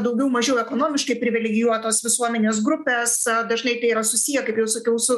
daugiau mažiau ekonomiškai privilegijuotos visuomenės grupės dažnai tai yra susiję kaip jau sakiau su